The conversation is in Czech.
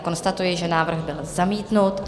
Konstatuji, že návrh byl zamítnut.